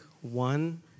one